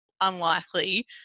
unlikely